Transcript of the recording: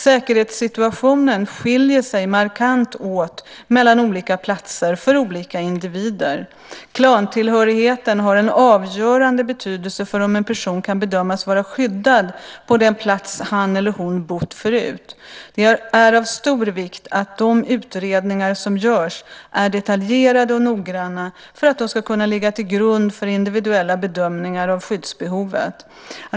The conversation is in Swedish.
Säkerhetssituationen skiljer sig markant åt mellan olika platser för olika individer. Klantillhörigheten har en avgörande betydelse för om en person kan bedömas vara skyddad på den plats han eller hon bott förut. Det är av stor vikt att de utredningar som görs är detaljerade och noggranna för att de ska kunna ligga till grund för individuella bedömningar av skyddsbehovet.